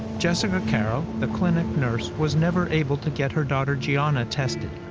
jessica caro, the clinic nurse, was never able to get her daughter jianna tested.